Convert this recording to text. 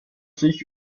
sich